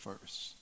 first